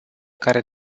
care